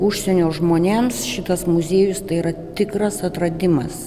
užsienio žmonėms šitas muziejus tai yra tikras atradimas